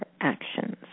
actions